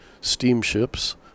steamships